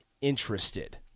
interested